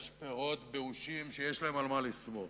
יש פירות באושים שיש להם על מה לסמוך.